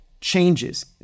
changes